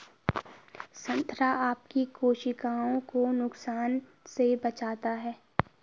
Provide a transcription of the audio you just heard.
संतरा आपकी कोशिकाओं को नुकसान से बचाता है